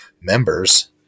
members